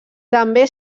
també